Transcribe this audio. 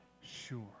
sure